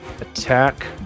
attack